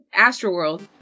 Astroworld